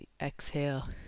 Exhale